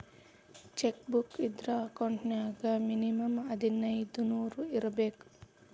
check book ಇದ್ರ account ನ್ಯಾಗ minimum ಹದಿನೈದ್ ನೂರ್ ಇರ್ಬೇಕು